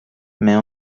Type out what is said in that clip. mais